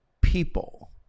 people